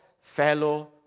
fellow